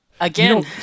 again